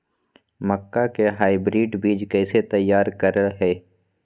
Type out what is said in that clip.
मक्का के हाइब्रिड बीज कैसे तैयार करय हैय?